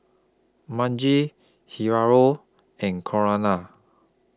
Margie Hilario and Corinna